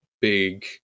big